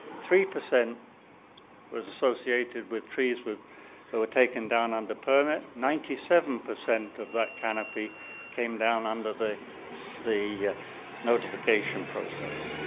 three percent was associated with trees that were taken down under permit, ninety seven percent of that canopy came down under the the notification process.